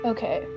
Okay